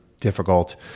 difficult